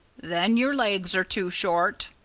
then your legs are too short,